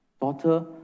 Daughter